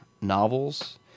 novels